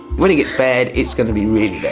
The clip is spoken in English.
when it gets bad, it's gonna be really